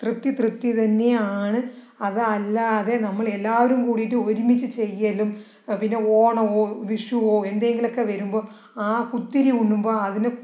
തൃപ്തി തൃപ്തി തന്നെയാണ് അതല്ലാതെ നമ്മൾ എല്ലാവരും കുടിയിട്ട് ഒരുമിച്ചു ചെയ്യലും പിന്നെ ഓണമോ വിഷുവോ എന്തെങ്കിലുമൊക്കെ വരുമ്പോൾ ആ കുത്തിരി ഉണ്ണുമ്പോൾ